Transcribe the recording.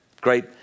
great